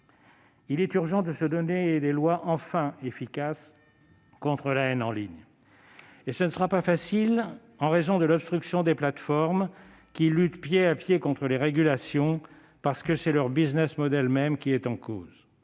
Il est urgent de se donner des lois enfin efficaces contre la haine en ligne. Ce ne sera pas facile en raison de l'obstruction des plateformes, qui luttent pied à pied contre les régulations, parce que c'est leur même qui est en cause.